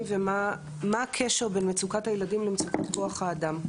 ומה הקשר בין מצוקת הילדים למצוקות כוח האדם.